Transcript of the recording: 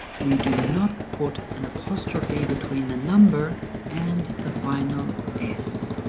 we do not put an apostrophe between the number and the final s